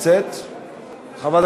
חברת